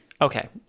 Okay